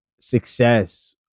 success